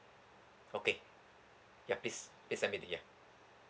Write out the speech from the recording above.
okay ya please please send me the ya